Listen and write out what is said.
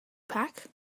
pack